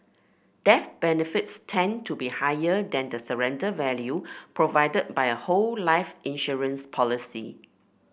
death benefits tend to be higher than the surrender value provided by a whole life insurance policy